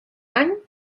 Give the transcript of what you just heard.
any